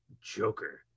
Joker